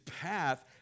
path